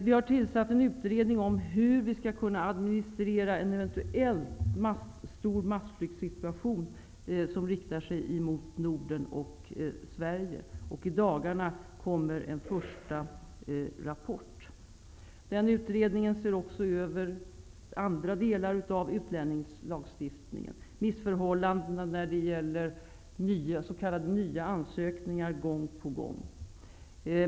Vi har tillsatt en utredning om hur vi skall kunna administrera en eventuell stor massflyktssituation som riktar sig mot Sverige och Norden. I dagarna kommer en första rapport. Den utredningen ser också över andra delar av utlänningslagstiftningen, bl.a. missförhållandena när det gäller s.k. nya ansökningar gång på gång.